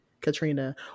Katrina